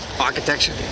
Architecture